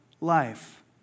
life